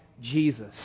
Jesus